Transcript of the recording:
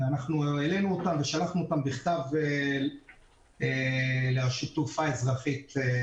ואנחנו העלינו אותן ושלחנו אותן בכתב לרשות התעופה האזרחית.